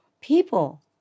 people